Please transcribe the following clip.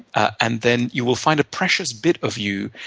and then you will find a precious bit of you,